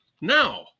Now